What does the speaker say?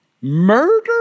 Murder